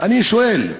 אני שואל: